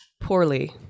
poorly